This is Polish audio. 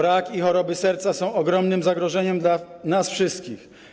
Rak i choroby serca są ogromnym zagrożeniem dla nas wszystkich.